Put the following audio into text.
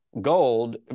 gold